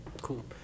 cool